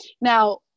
Now